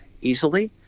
easily